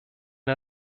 der